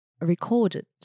recorded